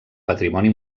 patrimoni